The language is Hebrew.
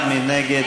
נגד